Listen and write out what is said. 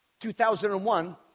2001